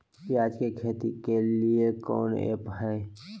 प्याज के खेती के लिए कौन ऐप हाय?